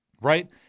Right